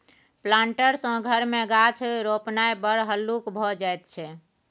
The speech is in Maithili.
प्लांटर सँ घर मे गाछ रोपणाय बड़ हल्लुक भए जाइत छै